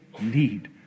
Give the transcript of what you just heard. need